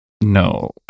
No